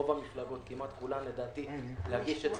רוב המפלגות, כמעט כולן לדעתי, להגיש את